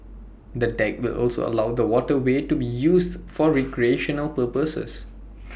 the deck will also allow the waterway to be used for recreational purposes